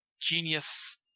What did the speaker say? genius